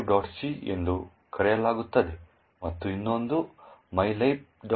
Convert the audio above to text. c ಎಂದು ಕರೆಯಲಾಗುತ್ತದೆ ಮತ್ತು ಇನ್ನೊಂದನ್ನು mylib